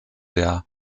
der